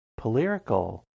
Polyrical